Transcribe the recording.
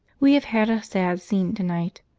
we have had a sad scene to-night.